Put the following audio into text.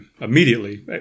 immediately